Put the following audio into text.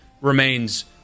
remains